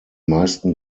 meisten